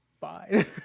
fine